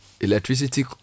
electricity